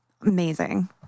Amazing